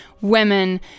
women